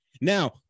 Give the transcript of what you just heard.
Now